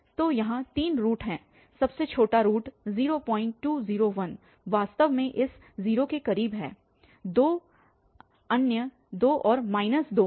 तो यहाँ तीन रूट हैं यह सबसे छोटा रूट 0201 वास्तव में इस 0 के करीब है अन्य दो 2 और 2 हैं